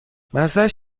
مزهاش